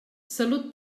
salut